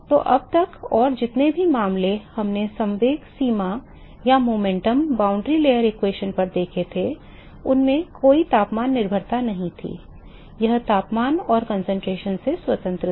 तो अब तक और जितने भी मामले हमने संवेग सीमा परत समीकरण पर देखे थे उनमें कोई तापमान निर्भरता नहीं थी यह तापमान और सांद्रता से स्वतंत्र था